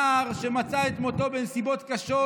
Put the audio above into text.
נער שמצא את מותו בנסיבות קשות.